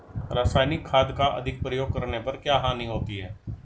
रासायनिक खाद का अधिक प्रयोग करने पर क्या हानि होती है?